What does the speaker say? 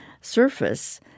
surface